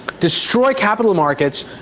destroy capital markets,